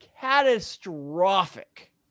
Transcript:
catastrophic